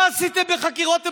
מה עשיתם בחקירות אפידמיולוגיות?